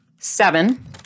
seven